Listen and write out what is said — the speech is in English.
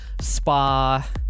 Spa